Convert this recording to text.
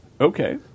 Okay